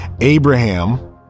Abraham